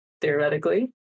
theoretically